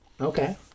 okay